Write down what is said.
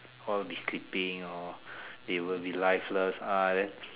all be sleeping or they will be lifeless ah then